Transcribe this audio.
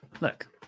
look